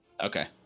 Okay